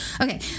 Okay